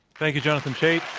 thank you, jonathan chait.